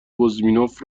بزمینوف